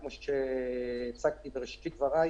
כמו שהצגתי בראשית דבריי,